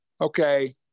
okay